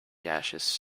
gaseous